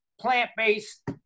plant-based